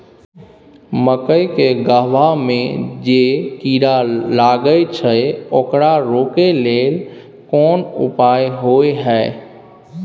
मकई के गबहा में जे कीरा लागय छै ओकरा रोके लेल कोन उपाय होय है?